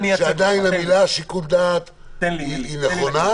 אני --- אני אומר שהמילים שיקול דעת הן נכונות,